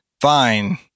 fine